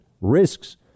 risks